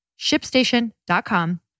ShipStation.com